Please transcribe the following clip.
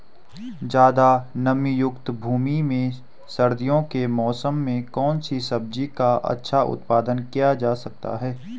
ज़्यादा नमीयुक्त भूमि में सर्दियों के मौसम में कौन सी सब्जी का अच्छा उत्पादन किया जा सकता है?